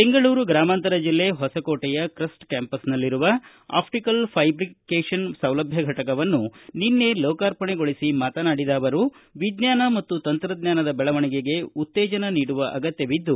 ಬೆಂಗಳೂರು ಗ್ರಾಮಾಂತರ ಜಿಲ್ಲೆ ಹೊಸಕೋಟೆಯ ಕ್ರಸ್ಟ್ ಕ್ಯಾಂಪಸ್ನಲ್ಲಿರುವ ಅಪ್ಪಿಕಲ್ ಫೈಬ್ರಿಕೇಷನ್ ಸೌಲಭ್ಯ ಫಟಕವನ್ನು ಲೋಕಾರ್ಪಣೆಗೊಳಿಸಿ ಮಾತನಾಡಿದ ಅವರು ವಿಜ್ಞಾನ ಮತ್ತು ತಂತ್ರಜ್ಞಾನದ ಬೆಳವಣಿಗೆಗೆ ಉತ್ತೇಜನ ನೀಡುವ ಅಗತ್ಯವಿದ್ದು